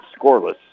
scoreless